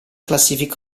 classifica